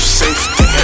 safety